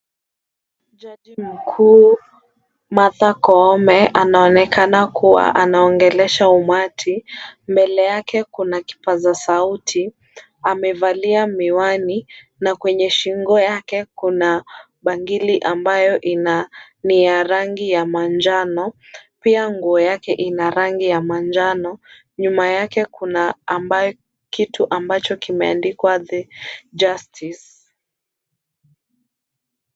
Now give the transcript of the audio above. Jaji mkuu Martha Koome anaonekana kuwa anaongelesha umati, mbele yake kuna kuna kipaza sauti, amevalia miwani na kwenye shingo yake kuna bangili ambayo ni ya rangi ya manjano, pia nguo yake ina rangi ya manjano. Nyuma yake kuna kitu ambacho kimeandikwa the justice .